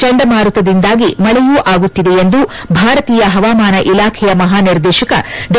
ಚಂಡಮಾರುತದಿಂದಾಗಿ ಮಳೆಯೂ ಆಗುತ್ತಿದೆ ಎಂದು ಭಾರತೀಯ ಹವಾಮಾನ ಇಲಾಖೆಯ ಮಹಾನಿರ್ದೇಶಕ ಡಾ